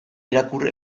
irakur